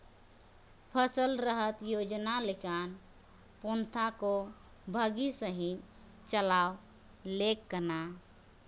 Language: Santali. ᱯᱷᱚᱥᱚᱞ ᱨᱟᱦᱟᱛ ᱡᱳᱡᱽᱱᱟ ᱞᱮᱠᱟᱱ ᱯᱚᱱᱛᱷᱟ ᱠᱚ ᱵᱷᱟᱹᱜᱤ ᱥᱟᱹᱦᱤᱡ ᱪᱟᱞᱟᱣ ᱞᱮᱠ ᱠᱟᱱᱟ